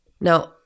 Now